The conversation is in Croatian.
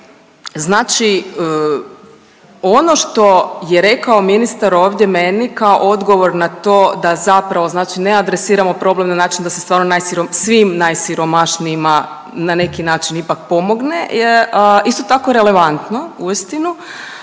Znači ono što je rekao ministar ovdje meni kao odgovor na to da zapravo ne adresiramo problem na način da se stvarno svim najsiromašnijima na neki način ipak pomogne je isto tako relevantno uistinu,